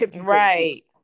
Right